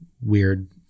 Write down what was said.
weird